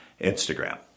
Instagram